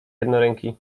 jednoręki